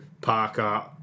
Parker